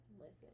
Listen